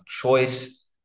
choice